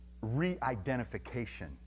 re-identification